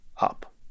Up